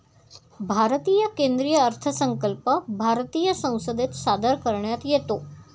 भारतीय केंद्रीय अर्थसंकल्प भारतीय संसदेत सादर करण्यात येतो